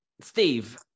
Steve